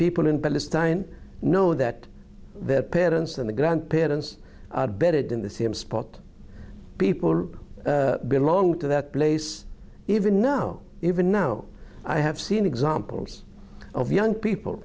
people in palestine know that their parents and grandparents are better than the same spot people belong to that place even know even now i have seen examples of young people